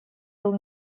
был